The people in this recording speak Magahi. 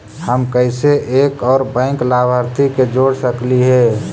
हम कैसे एक और बैंक लाभार्थी के जोड़ सकली हे?